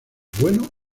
bueno